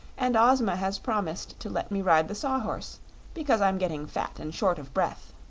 and ozma has promised to let me ride the saw-horse because i'm getting fat and short of breath.